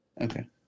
Okay